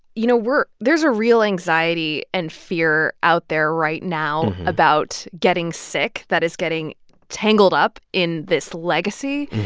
you know, we're there's a real anxiety and fear out there right now about getting sick that is getting tangled up in this legacy.